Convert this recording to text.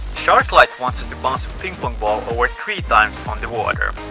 shark lite wants us to bounce a ping pong ball over three times on the water.